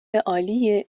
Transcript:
عالی